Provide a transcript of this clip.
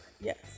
Yes